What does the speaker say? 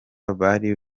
bari